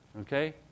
Okay